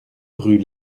rue